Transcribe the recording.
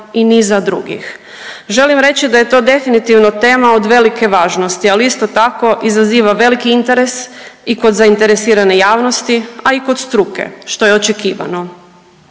i niza drugih. Želim reći da je to definitivno tema od velike važnosti. Ali isto tako izaziva veliki interes i kod zainteresirane javnosti, a i kod struke što je očekivano.